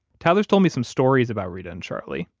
tyler's told me some stories about reta and charlie,